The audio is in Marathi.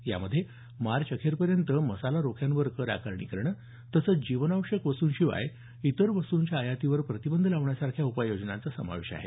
या मध्ये मार्च अखेरपर्यंत मसाला रोख्यांवर कर आकारणी करणे तसंच जीवनावश्यक वस्तूंशिवाय इतर वस्तूंच्या आयातीवर प्रतिबंध लावण्यासारख्या उपाययोजनांचा समावेश आहे